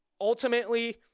ultimately